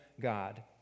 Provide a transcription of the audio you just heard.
God